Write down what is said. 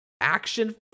action